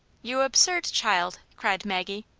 you absurd child cried maggie.